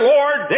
Lord